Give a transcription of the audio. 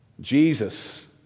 Jesus